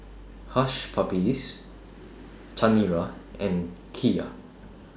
Hush Puppies Chanira and Kia